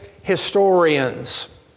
historians